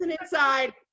inside